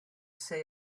say